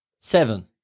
Seven